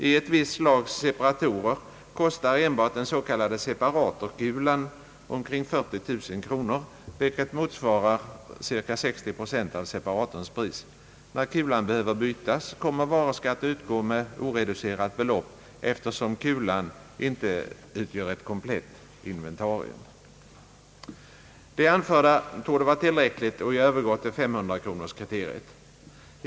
I ett visst slags separatorer kostar enbart den s.k. separatorkulan omkring 40 000 kronor, vilket motsvarar cirka 60 procent av separatorns pris. När kulan behöver bytas kommer varuskatt att utgå med oreducerat belopp, eftersom kulan inte utgör ett komplett inventarium. Det anförda torde vara tillräckligt, och jag övergår till 500-kronorskriteriet.